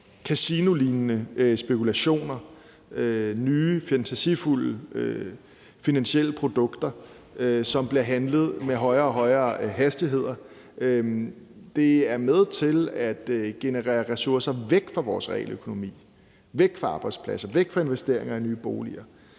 kasinolignende spekulationer og nye, fantasifulde finansielle produkter, som bliver handlet med højere og højere hastighed. Det er med til at generere ressourcer væk fra vores realøkonomi, væk fra arbejdspladser, væk fra investeringer i nye boliger,